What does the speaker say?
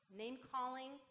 name-calling